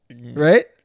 right